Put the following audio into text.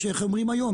יש איך אומרים היום?